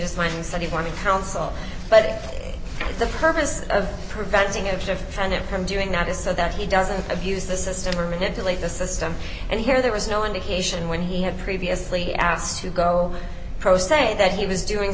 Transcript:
his mind sunday morning counsel but the purpose of preventing of defendant from doing that is so that he doesn't abuse the system or manipulate the system and here there was no indication when he had previously asked to go pro se that he was doing